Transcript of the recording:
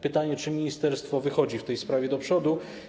Pytanie: Czy ministerstwo wychodzi w tej sprawie do przodu?